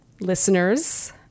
Listeners